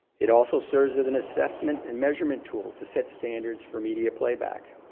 it also serves as an assessment and measurement tool to set standards for media playback.